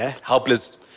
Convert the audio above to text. helpless